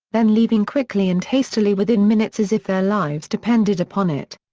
then leaving quickly and hastily within minutes as if their lives depended upon it.